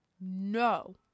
no